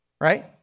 right